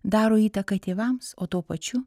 daro įtaką tėvams o tuo pačiu